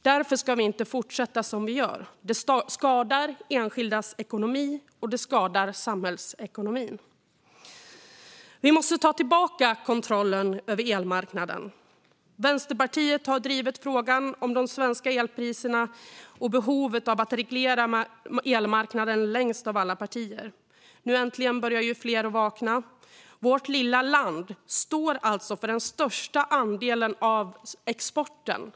Därför ska vi inte fortsätta som vi gör. Det skadar enskildas ekonomi, och det skadar samhällsekonomin. Vi måste ta tillbaka kontrollen över elmarknaden. Vänsterpartiet har drivit frågan om de svenska elpriserna och behovet av att reglera elmarknaden längst av alla partier. Nu äntligen börjar fler vakna. Vårt lilla land står alltså för den största andelen av exporten inom EU.